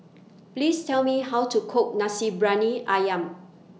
Please Tell Me How to Cook Nasi Briyani Ayam